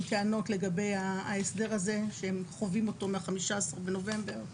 טענות לגבי ההסדר הזה שהם חווים אותו מה-15 בנובמבר.